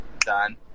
Done